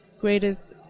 greatest